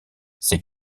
ses